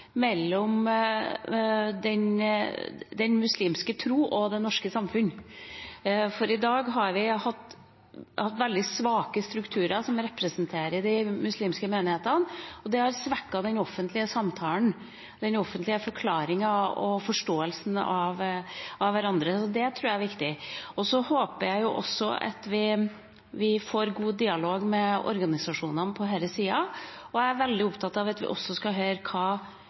mellom den muslimske tro og det norske samfunnet. I dag har vi veldig svake strukturer som representerer de muslimske menighetene, og det har svekket den offentlige samtalen, den offentlige forklaringen og forståelsen av hverandre. Det tror jeg er viktig. Jeg håper vi også får god dialog med organisasjonene på denne sida. Jeg er veldig opptatt av at vi også skal høre hva